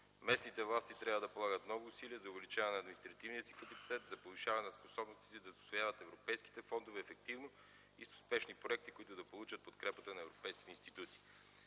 Местните власти трябва да полагат много усилия за повишаване на административния си капацитет, за повишаване на способностите да усвояват европейските фондове ефективно и с успешни проекти, които да получат подкрепата на европейските институции.